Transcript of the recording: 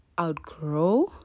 outgrow